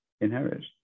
inherit